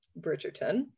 Bridgerton